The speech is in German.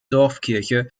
dorfkirche